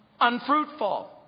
unfruitful